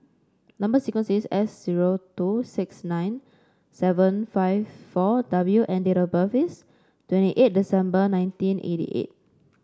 number sequence is S zero two six nine seven five four W and date of birth is twenty eight December nineteen eighty eight